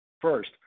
First